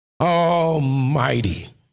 almighty